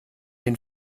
den